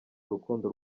urukundo